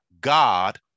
God